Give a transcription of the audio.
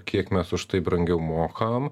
kiek mes už tai brangiau mokam